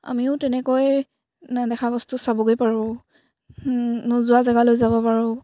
আমিও তেনেকৈ নেদেখা বস্তু চাবগৈ পাৰোঁ নোযোৱা জেগালৈ যাব পাৰোঁ